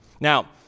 Now